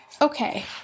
okay